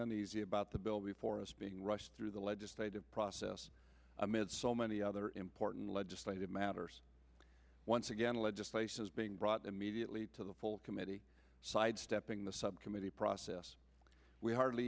the easy about the bill before us being rushed through the legislative process amid so many other important legislative matters once again legislation is being brought immediately to the full committee sidestepping the subcommittee process we hardly